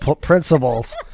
principles